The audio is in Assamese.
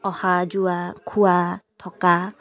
অহা যোৱা খোৱা থকা